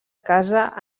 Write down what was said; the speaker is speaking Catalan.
casa